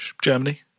Germany